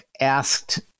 asked